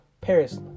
paris